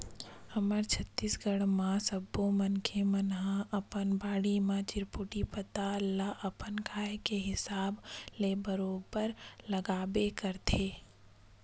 हमर छत्तीसगढ़ म सब्बो मनखे मन ह अपन बाड़ी म चिरपोटी पताल ल अपन खाए के हिसाब ले बरोबर लगाबे करथे